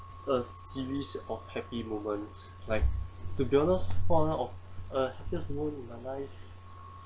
a series of happy moments like to be honest happiest moment in my life